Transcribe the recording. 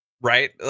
right